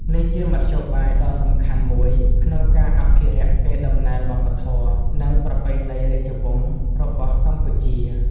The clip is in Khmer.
នេះជាមធ្យោបាយដ៏សំខាន់មួយក្នុងការអភិរក្សកេរដំណែលវប្បធម៌ និងប្រពៃណីរាជវង្សរបស់កម្ពុជា។